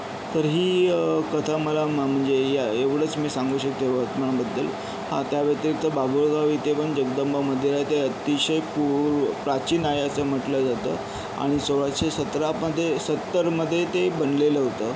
तर ही कथा मला मा म्हणजे एवढंच मी सांगू शकतो यवतमाळबद्दल हा त्या व्यतिरिक्त बाभूळगाव इथे पण जगदंबा मंदिर आहे ते अतिशय पूर्व प्राचीन आहे असे म्हटलं जातं आणि सोळाशे सतराप्मध्ये सत्तरमध्ये ते बनलेलं होतं